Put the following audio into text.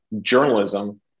journalism